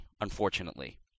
unfortunately